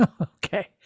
Okay